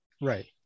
Right